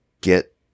get